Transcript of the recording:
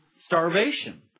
starvation